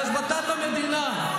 על השבתת המדינה?